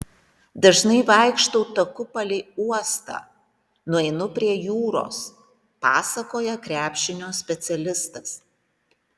dažnai vaikštau taku palei uostą nueinu prie jūros pasakoja krepšinio specialistas